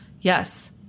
Yes